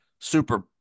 super